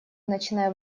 начиная